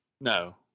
no